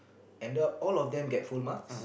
ended up all of them get full marks